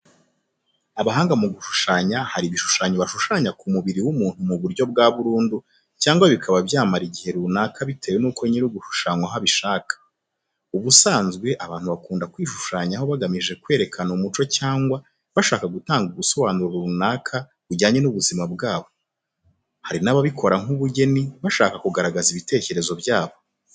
Abahanga mu gushushanya hari ibishushanyo bashushanya ku mubiri w'umuntu mu buryo bwa burundi cyangwa bikaba byamara igihe runaka bitewe nuko nyirugushushanywaho abishaka. Ubusanzwe abantu bakunda kwishushanyaho bagamije kwerekana umuco cyangwa bashaka gutanga ubusobanuro runaka bujyanye n'ubuzima bwabo. Hari n'ababikora nk'ubugeni bashaka kugaragaza ibitekerezo byabo.